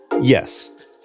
Yes